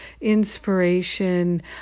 inspiration